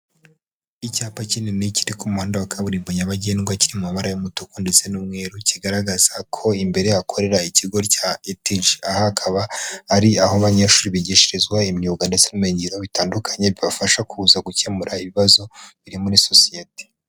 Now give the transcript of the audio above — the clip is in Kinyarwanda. Icyapa kinini kiri ku muhanda wa kaburimbo Nyabagendwa, kiri mu mabara y'umutuku ndetse n'umweru, kigaragaza ko imbere hakorera ikigo cya ETG. Aha kaba ari aho abanyeshuri bigishirizwa imyuga ndetse n'ibimenyingiro bitandukanye, bibafasha kuza gukemura ibibazo biri muri sosiyete.